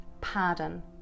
pardon